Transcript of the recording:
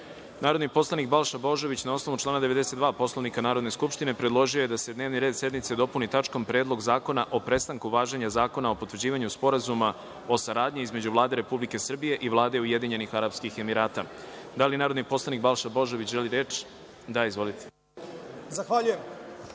predlog. Narodni poslanik Balša Božović, na osnovu člana 92. Poslovnika Narodne skupštine, predložio je da se dnevni red sednice dopuni tačkom – Predlog zakona o prestanku važenja Zakona o potvrđivanju Sporazuma o saradnji između Vlade Republike Srbije i Vlade Ujedinjenih Arapskih Emirata. Da li narodni poslanik Balša Božović želi reč? (Da)Izvolite. **Balša